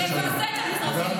את בקריאה ראשונה.